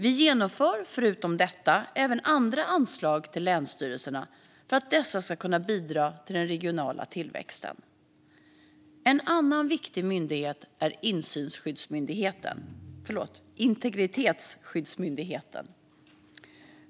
Vi genomför förutom detta även andra anslag till länsstyrelserna för att dessa ska kunna bidra till den regionala tillväxten. En annan viktig myndighet är Integritetsskyddsmyndigheten.